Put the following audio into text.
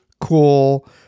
cool